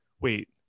wait